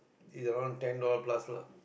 is around ten dollars plus lah